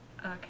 Okay